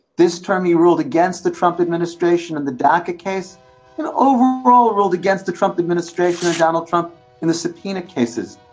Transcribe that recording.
this term, he ruled against the trump administration and the dacca case and overall ruled against the trump administration and donald trump in the subpoena cases.